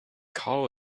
call